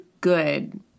good